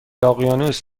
اقیانوس